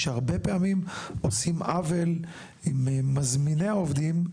שהרבה פעמים עושות עוול עם מזמיני העובדים.